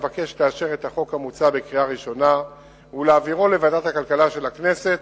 אבקש לאשר את החוק המוצע בקריאה ראשונה ולהעבירו לוועדת הכלכלה של הכנסת